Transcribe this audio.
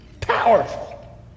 powerful